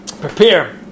prepare